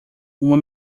uma